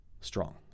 strong